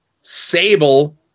Sable